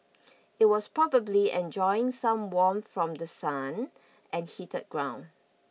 it was probably enjoying some warmth from the sun and heated ground